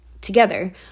together